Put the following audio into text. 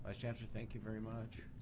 ah chancellor, thank you very much.